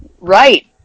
Right